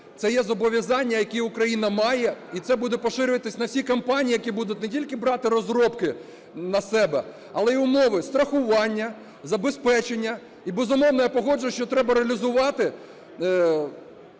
це є зобов'язання, які Україна має, і це буде поширювати на всі компанії, які будуть не тільки брати розробки на себе, але й умови страхування, забезпечення. І, безумовно, я погоджуюсь, що треба реалізувати